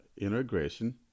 integration